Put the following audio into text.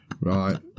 Right